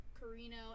Carino